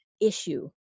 issue